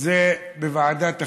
בוועדת החינוך,